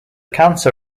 cancer